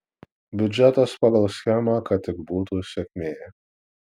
biudžetas pagal schemą kad tik būtų sėkmė